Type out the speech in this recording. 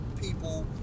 people